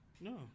No